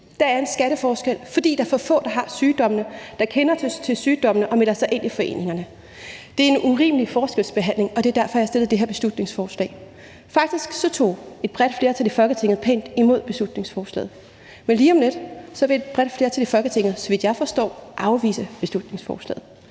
Der er en skatteforskel, fordi der er for få, der har sygdommene, kender til sygdommene og melder sig ind i foreningerne. Det er en urimelig forskelsbehandling, og det er derfor, jeg har fremsat det her beslutningsforslag. Faktisk tog et bredt flertal i Folketinget pænt imod beslutningsforslaget, men lige om lidt vil et bredt flertal i Folketinget, så vidt jeg forstår, afvise beslutningsforslaget.